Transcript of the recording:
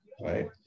Right